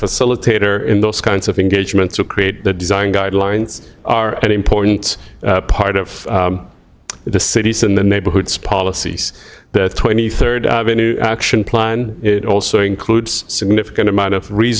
facilitator in those kinds of engagements to create the design guidelines are an important part of the city's in the neighborhoods policies the twenty third avenue action plan it also includes significant amount of re